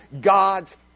God's